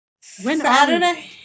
Saturday